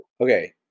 Okay